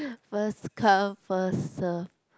first come first serve